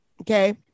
Okay